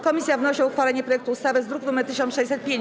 Komisja wnosi o uchwalenie projektu ustawy z druku nr 1605.